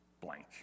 blank